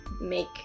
make